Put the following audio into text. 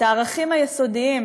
את הערכים היסודיים